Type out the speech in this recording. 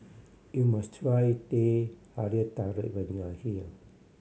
you must try Teh Halia Tarik when you are here